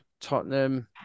Tottenham